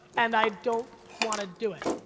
and i don't wanna do it.